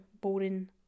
boring